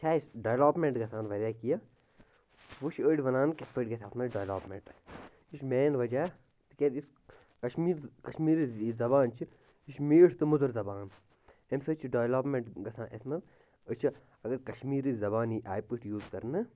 یہِ چھِ اَسہِ ڈٮ۪ولَپمٮ۪نٛٹ گَژھان واریاہ کیٚنٛہہ وۄنۍ چھِ أڑۍ وَنان کِتھٕ پٲٹھۍ گَژھِ اَتھ منٛز ڈٮ۪ولَپمٮ۪نٛٹ یہِ چھُ مین وجہ تِکیٛازِ یُس کشمیٖر کَشمیٖری زبان چھِ یہِ چھِ میٖٹھ تہٕ مٔدٕر زبان اَمہِ سۭتۍ چھِ ڈٮ۪ولَپمٮ۪نٛٹ گژھان اَتھ منٛز أسۍ چھِ اگر کَشمیٖری زبان یی آیہِ پٲٹھۍ یوٗز کَرنہٕ